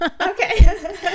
Okay